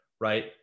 Right